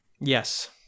Yes